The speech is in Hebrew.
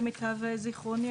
למיטב זכרוני,